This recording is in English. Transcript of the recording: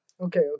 okay